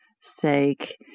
sake